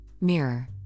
Mirror